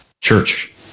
church